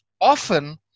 often